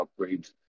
upgrades